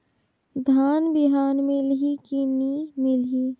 धान बिहान मिलही की नी मिलही?